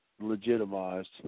Legitimized